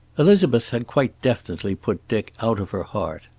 elizabeth had quite definitely put dick out of her heart.